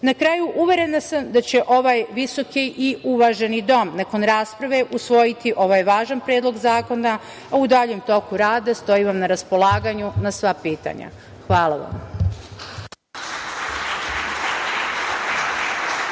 kraju, uverena sam da će ovaj visoki i uvaženi Dom, nakon rasprave, usvojiti ovaj važan Predlog zakona, a u daljem toku rada stojim vam na raspolaganju na sva pitanja. Hvala vam.